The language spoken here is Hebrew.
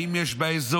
האם יש באזור,